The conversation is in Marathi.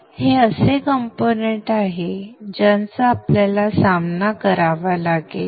तर हे असे कंपोनेंट्स आहेत ज्यांचा आपल्याला सामना करावा लागेल